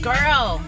Girl